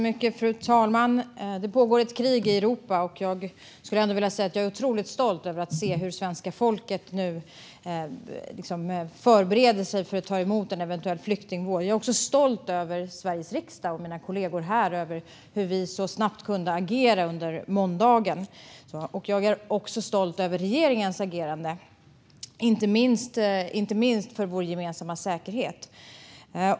Fru talman! Det pågår ett krig i Europa, och jag är otroligt stolt över hur det svenska folket förbereder sig för att ta emot en eventuell flyktingvåg. Jag är också stolt över mina kollegor i Sveriges riksdag och hur vi så snabbt kunde agera under måndagen. Jag är även stolt över regeringens agerande, inte minst för vår gemensamma säkerhet.